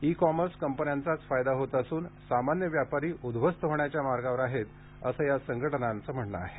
E commerce कंपन्यांचाच फायदा होत असून सामान्य व्यापारी उद्ध्वस्त होण्याच्या मार्गावर आहेत असं या संघटनांचं म्हणणं आहे